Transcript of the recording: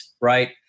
right